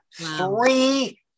three